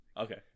Okay